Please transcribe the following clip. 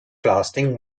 lasting